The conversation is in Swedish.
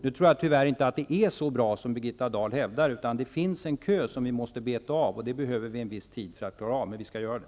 Nu tror jag tyvärr inte att det är så bra som Birgitta Dahl hävdar, utan det finns en kö som vi måste beta av. Det behöver vi en viss tid för att klara av, men vi skall göra det.